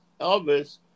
Elvis